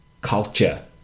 Culture